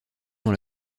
dans